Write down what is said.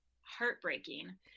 heartbreaking